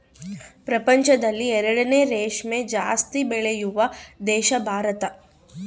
ಪ್ರಪಂಚದಲ್ಲಿ ಎರಡನೇ ರೇಷ್ಮೆ ಜಾಸ್ತಿ ಬೆಳೆಯುವ ದೇಶ ಭಾರತ